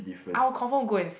I will confirm go and see